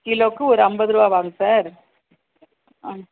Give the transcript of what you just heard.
கிலோவுக்கு ஒரு ஐம்பது ரூபாவாங் சார் ஆ